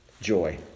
Joy